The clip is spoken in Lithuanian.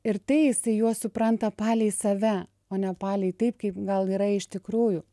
ir tai jisai juos supranta palei save o ne palei taip kaip gal yra iš tikrųjų